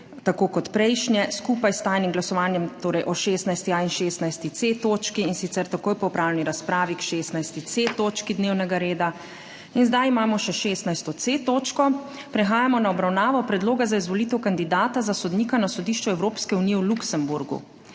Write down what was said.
tako kot prejšnje, skupaj s tajnim glasovanjem o 16.a in 16.c točki, in sicer takoj po opravljeni razpravi k 16.c točki dnevnega reda. Imamo še 16.c točko dnevnega reda, prehajamo na obravnavo Predloga za izvolitev kandidata za sodnika na Sodišču Evropske unije v Luksemburgu.